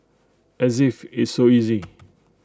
as if it's so easy